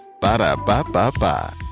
Ba-da-ba-ba-ba